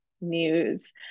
news